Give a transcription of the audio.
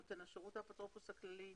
נותן השירות הוא האפוטרופוס הכללי.